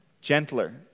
gentler